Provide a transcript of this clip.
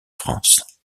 france